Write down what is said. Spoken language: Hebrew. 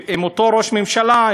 עם אותו ראש ממשלה,